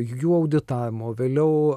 jų auditavimo vėliau